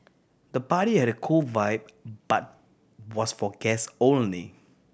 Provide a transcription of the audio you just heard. the party had a cool vibe but was for guest only